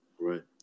Right